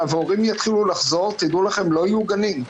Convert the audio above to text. והורים יתחילו לחזור - לא יהיו גנים,